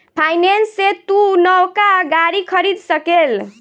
finance से तू नवका गाड़ी खरीद सकेल